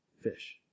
fish